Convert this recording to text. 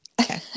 okay